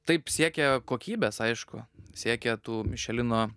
taip siekia kokybės aišku siekia tų mišelino